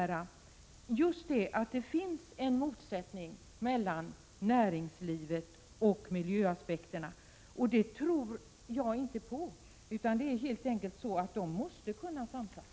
Det skulle ju innebära att det finns en motsättning mellan Örensdsföra AE näringslivet och miljöaspekterna, men det tror inte jag. Det är helt enkelt så, bindelserna att dessa båda måste kunna samsas.